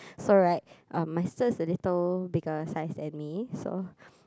so right um my sister is a little bigger size than me so